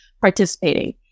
participating